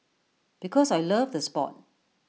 because I loved the Sport